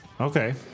Okay